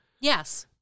Yes